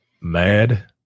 mad